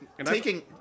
taking